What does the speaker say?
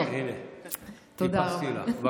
איפסתי לך.